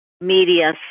media